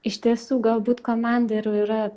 iš tiesų galbūt komanda ir yra